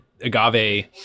agave